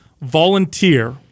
volunteer